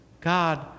God